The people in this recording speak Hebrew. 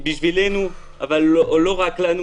לנו, אבל לא רק לנו,